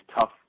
tough